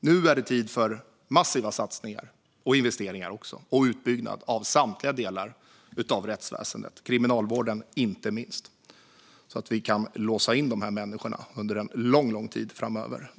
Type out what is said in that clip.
Nu är det tid för massiva satsningar, investeringar och utbyggnad av samtliga delar av rättsväsendet - inte minst kriminalvården - så att vi kan låsa in människorna under en lång tid framöver.